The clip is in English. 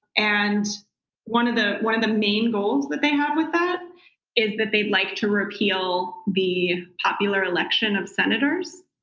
and one of the one of the main goals that they have with that is that they'd like to repeal the popular election of senators,